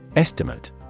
Estimate